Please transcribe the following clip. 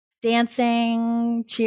Dancing